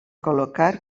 col·locar